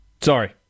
Sorry